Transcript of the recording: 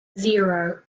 zero